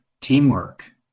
teamwork